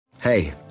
hey